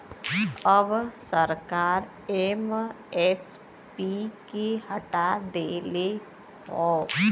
अब सरकार एम.एस.पी के हटा देले हौ